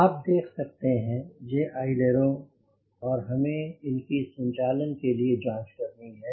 आप देख सकते हैं ये हैं अइलेरों और हमें इनकी संचालन के लिए जांच करनी है